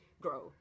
grow